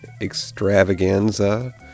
extravaganza